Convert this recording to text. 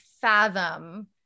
fathom